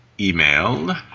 email